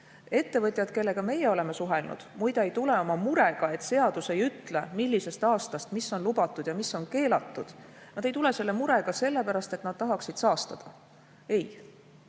Ettevõtjad, kellega meie oleme suhelnud, muide ei ole tulnud lagedale oma murega, et seadus ei ütle, millisest aastast mis on lubatud ja mis on keelatud, mitte sellepärast, et nad tahaksid saastada. Ei.